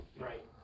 Right